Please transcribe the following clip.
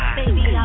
baby